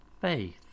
faith